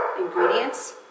ingredients